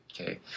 okay